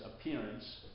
appearance